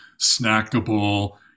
snackable